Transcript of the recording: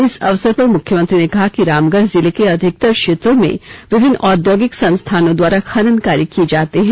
इसे अवसर पर मुख्यमंत्री ने कहा कि रामगढ़ जिले के अधिकतर क्षेत्रों में विभिन्न औद्योगिक संस्थानों द्वारा खनन कार्य किए जाते हैं